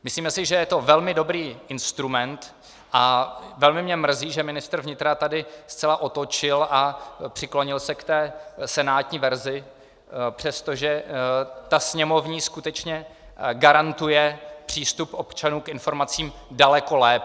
Myslíme si, že je to velmi dobrý instrument, a velmi mě mrzí, že ministr vnitra tady zcela otočil a přiklonil se k té senátní verzi, přestože ta sněmovní skutečně garantuje přístup občanům k informacím daleko lépe.